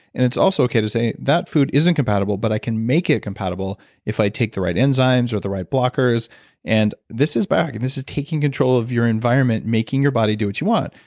and it's also okay to say, that food isn't compatible but i can make it compatible if i take the right enzymes, or the right blocker. and this is back, and this is taking control of your environment making your body do what you want.